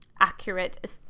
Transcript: accurate